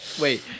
Wait